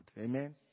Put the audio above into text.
Amen